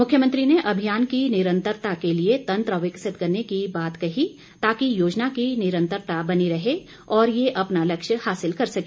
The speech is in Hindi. मुख्यमंत्री ने अभियान की निरंतरता के लिए तंत्र विकसित करने की बात कही ताकि योजना की निरंतरता बनी रहे और ये अपना लक्ष्य हासिल कर सके